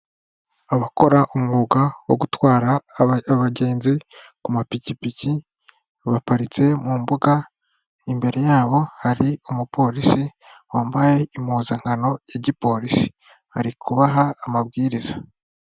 Abakora umwuga wo gutwara abagenzi ku mapikipiki baparitse mu mbuga, imbere y'abo hari umupolisi wambaye impuzankano ya gipolisi arikubaha amabwiriza.